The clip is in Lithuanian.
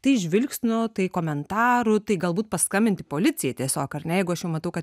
tai žvilgsniu tai komentaru tai galbūt paskambinti policijai tiesiog ar ne jeigu aš jau matau kad